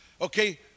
Okay